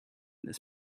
this